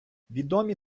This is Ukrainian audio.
відомі